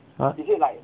uh